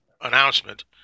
announcement